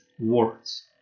words